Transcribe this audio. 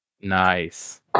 Nice